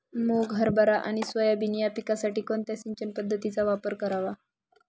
मुग, हरभरा आणि सोयाबीन या पिकासाठी कोणत्या सिंचन पद्धतीचा वापर करावा?